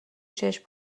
چشم